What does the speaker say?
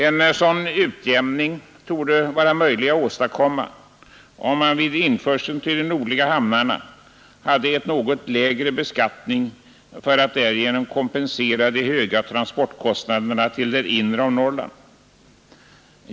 En sådan utjämning torde vara möjlig att åstadkomma, om man vid införsel till de nordliga hamnarna hade en något lägre beskattning för att därigenom kompensera de höga transportkostnaderna till det inre av Norrland.